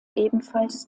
ebenfalls